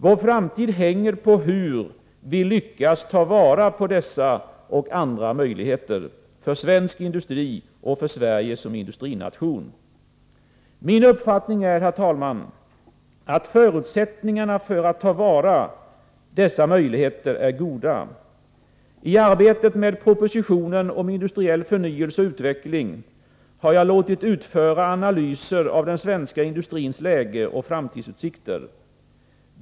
Vår framtid hänger på hur vi lyckas ta vara på dessa och andra möjligheter — för svensk industri och för Sverige som industrination. Min uppfattning är, herr talman, att förutsättningarna för att ta till vara dessa möjligheter är goda. I arbetet med propositionen om industriell förnyelse och utveckling har jag låtit utföra analyser av den svenska industrins läge och framtidsutsikter.